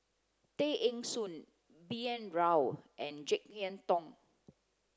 Tay Eng Soon B N Rao and Jek Yeun Thong